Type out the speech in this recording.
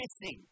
missing